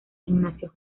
ignacio